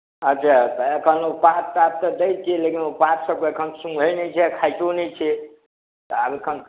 अच्छा तऽ एखन पाच ताच तऽ दैत छियै लेकिन ओ पाचसभके सूँघैत ने छै आ खाइतो नहि छै तऽ आब एखन